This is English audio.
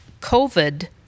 COVID